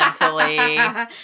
Mentally